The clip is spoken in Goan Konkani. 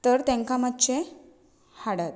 तर तांकां मातशें हाडात